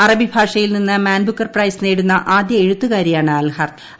അറബിഭാഷയിൽ നിന്ന് മാൻബുക്കർപ്രൈസ് നേടുന്ന ആദ്യ എഴുത്തുകാരിയാണ് അൽഹാർത്തി